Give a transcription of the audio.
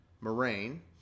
Moraine